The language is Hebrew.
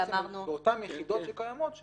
אנחנו בעצם מדברים על כך שבאותן יחידות שקיימות,